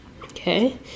Okay